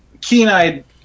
Keen-eyed